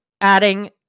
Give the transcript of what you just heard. adding